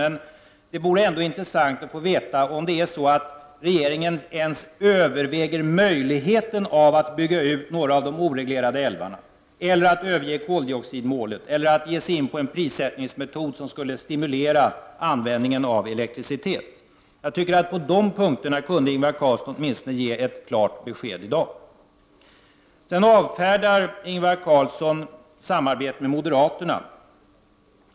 Men det vore ändå intressant att få veta om regeringen ens överväger möjligheten att bygga ut några av de oreglerade älvarna, att överge koldioxidmålet eller att ge sig in på en prissättningsmetod som skulle stimulera användningen av elektricitet. Jag menar att Ingvar Carlsson åtminstone på dessa punkter kunde ge ett klart besked i dag. Ingvar Carlsson avfärdar möjligheten till samarbete med moderaterna.